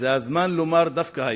זה הזמן לומר, דווקא היום,